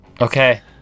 Okay